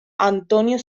antonio